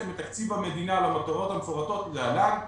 מתקציב המדינה למטרות המפורטות להלן,